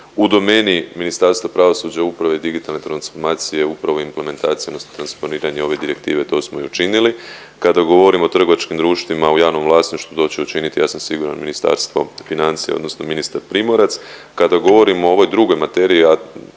U domeni Ministarstva pravosuđa, uprave i digitalne transformacije upravo implementacija odnosno transponiranje ove direktive to smo i učinili. Kada govorimo o trgovačkim društvima u javnom vlasništvu to će učiniti ja sam siguran Ministarstvo financija odnosno ministar Primorac. Kada govorimo o ovoj drugoj materiji,